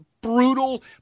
brutal